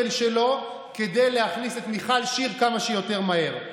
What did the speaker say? שלו כדי להכניס את מיכל שיר כמה שיותר מהר.